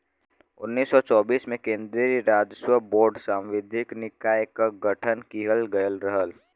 उन्नीस सौ चौबीस में केन्द्रीय राजस्व बोर्ड सांविधिक निकाय क गठन किहल गयल रहल